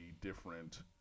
different